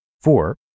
Four